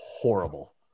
horrible